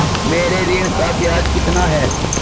मेरे ऋण का ब्याज कितना है?